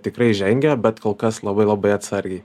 tikrai žengia bet kol kas labai labai atsargiai